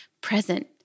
present